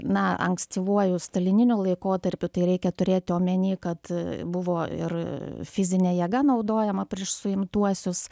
na ankstyvuoju stalininiu laikotarpiu tai reikia turėti omeny kad buvo ir fizinė jėga naudojama prieš suimtuosius